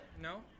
No